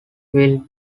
will